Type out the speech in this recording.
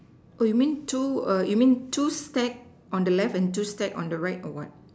oh you mean two err you mean two stack on the left and two stack on the right or what